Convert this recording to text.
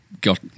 got